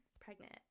pregnant